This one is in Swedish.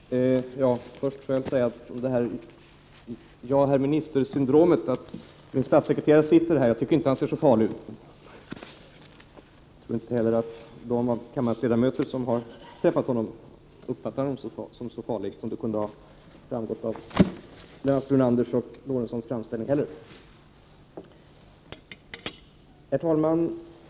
Herr talman! Först vill jag säga apropå Javisst, herr minister-syndromet att min statssekreterare sitter här intill. Jag tycker inte att han ser så farlig ut. Jag tror inte heller att de av kammarens ledamöter som har träffat honom uppfattar honom som så farlig som han hade kunnat uppfattas av Lennart Brunanders och Sven Eric Lorentzons framställning. Herr talman!